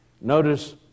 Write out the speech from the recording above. notice